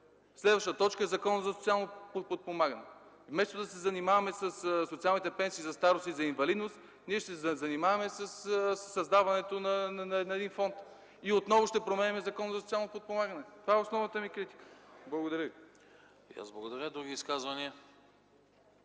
Следващата точка е Законът за социално подпомагане. Вместо да се занимаваме със социалните пенсии за старост и за инвалидност, ние ще се занимаваме със създаването на един фонд и отново ще променяме Закона за социално подпомагане. Това е основната ми критика. Благодаря